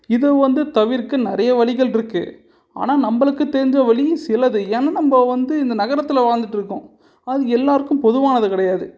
இதை வந்து தவிர்க்க நிறைய வழிகள் இருக்குது ஆனால் நம்மளுக்கு தெரிஞ்ச வழி சிலது ஏன்னா நம்ம வந்து இந்த நகரத்தில் வாழ்ந்துகிட்ருக்கோம் அது எல்லாருக்கும் பொதுவானது கிடையாது